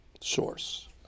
source